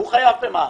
הוא חייב במע"מ.